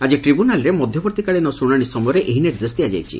ଆକି ଟ୍ରିବ୍ୟୁନାଲ୍ରେ ମଧବର୍ଭୀକାଳୀନ ଶୁଶାଣି ସମୟରେ ଏହି ନିର୍ଦ୍ଦେଶ ଦିଆଯାଇଛି